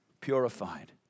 purified